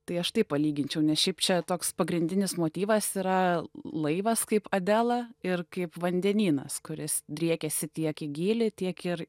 tai aš taip palyginčiau ne šiaip čia toks pagrindinis motyvas yra laivas kaip adela ir kaip vandenynas kuris driekiasi tiek į gylį tiek ir